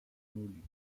moluques